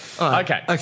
Okay